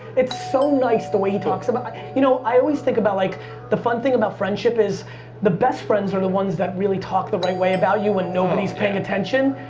it's so nice the way he talks about you know i always think about like the fun thing about friendship is the best friends are the ones that really talk the right way about you when nobody's paying attention.